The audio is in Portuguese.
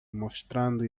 mostrando